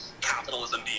capitalism